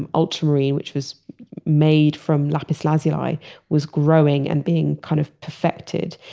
and ultimately, which was made from lapis lazuli was growing and being kind of perfected.